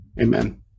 Amen